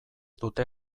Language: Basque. dute